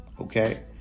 okay